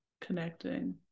connecting